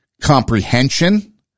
Comprehension